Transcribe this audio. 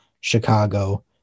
Chicago